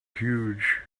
huge